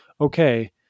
okay